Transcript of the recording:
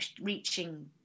reaching